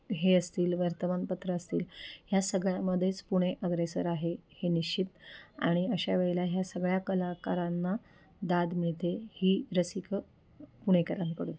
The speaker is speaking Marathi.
हे असतील वर्तमानपत्रं असतील ह्या सगळ्यामध्येच पुणे अग्रेसर आहे हे निश्चित आणि अशा वेळेला ह्या सगळ्या कलाकारांना दाद मिळते ही रसिक पुणेकरांकडून